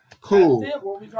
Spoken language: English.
cool